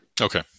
Okay